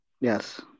Yes